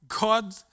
God